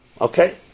Okay